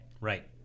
Right